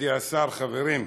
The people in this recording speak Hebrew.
מכובדי השר, חברים,